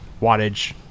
wattage